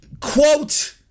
Quote